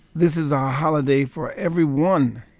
this is a holiday for everyone.